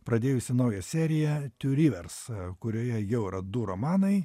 pradėjusi naują seriją tiu rivers kurioje jau yra du romanai